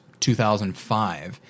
2005